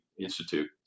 Institute